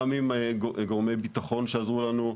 גם עם גורמי ביטחון שעזרו לנו,